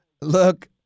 look